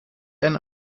denn